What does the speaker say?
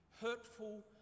hurtful